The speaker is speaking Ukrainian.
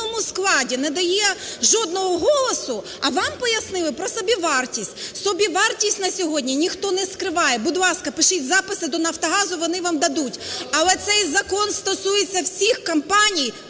вони вам дадуть. Але цей закон стосується всіх компаній,